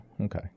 okay